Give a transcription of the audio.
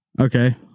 Okay